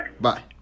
Bye